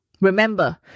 Remember